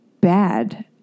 bad